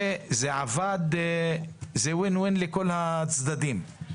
זה win-win לכל הצדדים.